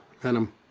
venom